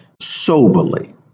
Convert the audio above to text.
soberly